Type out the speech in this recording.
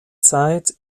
zeit